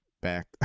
back